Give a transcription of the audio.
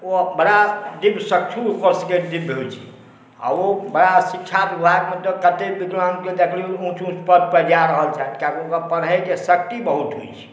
ओ बड़ा दिव्यचक्षु ओकर सबके दिव्य होइ छै आओर ओ बड़ा शिक्षा विभागमे तऽ ततेक विद्वानके देखलहुँ उच्च पदपर जा रहल छथि किएक तऽ ओकर पढ़ैके शक्ति बहुत होइ छै